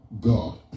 God